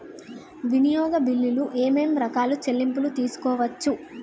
వినియోగ బిల్లులు ఏమేం రకాల చెల్లింపులు తీసుకోవచ్చు?